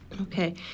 Okay